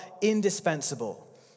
indispensable